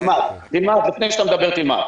לפני שאתה מדבר תלמד.